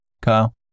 Kyle